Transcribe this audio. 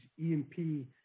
EMP